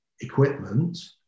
equipment